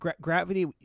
Gravity